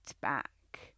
back